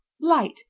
Light